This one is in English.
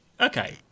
Okay